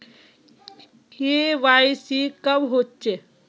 KYC कब होचे?